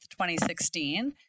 2016